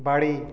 বাড়ি